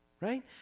Right